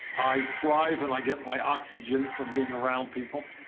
i thrive and i get my oxygen from being around people.